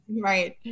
Right